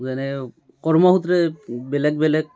যেনে কৰ্মসূত্ৰে বেলেগ বেলেগ